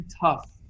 tough